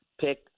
pick